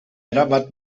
erabat